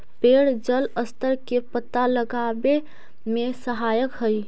पेड़ जलस्तर के पता लगावे में सहायक हई